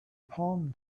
palm